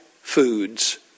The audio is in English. foods